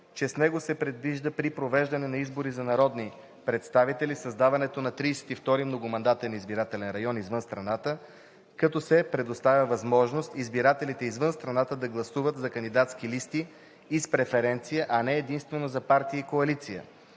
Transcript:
че с него се предвижда при провеждане на избори за народни представители създаването на 32-ри многомандатен избирателен район извън страната, като се предоставя възможност избирателите извън страната да гласуват за кандидатски листи и с преференция, а не единствено за партия или коалиция.